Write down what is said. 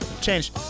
Change